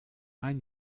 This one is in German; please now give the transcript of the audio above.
ein